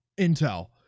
Intel